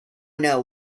know